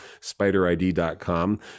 spiderid.com